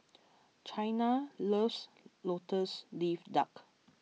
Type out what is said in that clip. Chyna loves Lotus Leaf Duck